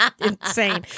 insane